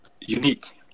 unique